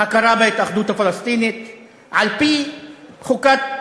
הכרה בהתאחדות הפלסטינית על-פי חוקת